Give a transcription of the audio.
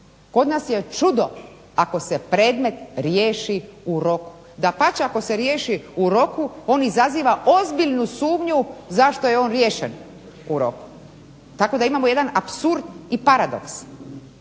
Kod nas je čudo ako se predmet riješi u roku, dapače ako se riješi u roku on izaziva ozbiljnu sumnju zašto je on riješen u roku. Tako da imamo jedan apsurd i paradoks.